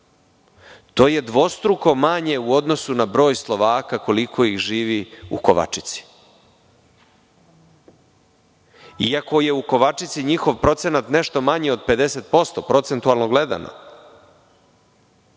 to je dvostruko manje u odnosu na broj Slovaka koliko ih živi u Kovačici. Iako je u Kovačici njihov procenat nešto manji od 50%, procentualno gledano,